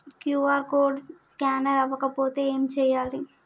QR code scanner అవ్వకపోతే ఏం చేయాలి?